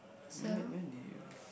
where when did you